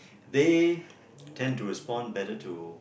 they tend to respond better to